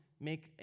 make